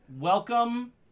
Welcome